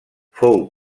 fou